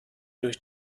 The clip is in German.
durch